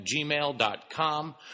gmail.com